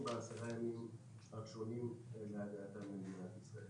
בעשרת הימים הראשונים להגעתם למדינת ישראל.